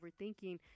overthinking